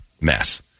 mess